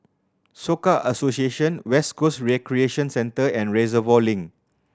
Soka Association West Coast Recreation Centre and Reservoir Link